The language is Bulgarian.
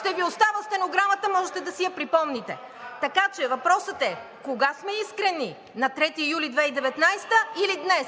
ще Ви оставя стенограмата, можете да си я припомните. Така че въпросът е: кога сме искрени – на 3 юли 2019 а или днес?